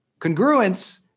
Congruence